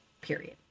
period